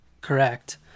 correct